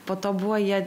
po to buvo jie